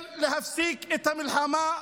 כן, להפסיק את המלחמה הזאת.